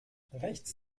rechts